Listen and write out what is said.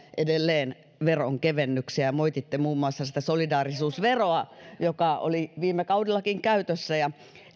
edelleen veronkevennyksiä ja moititte muun muassa sitä solidaarisuusveroa joka oli viime kaudellakin käytössä ja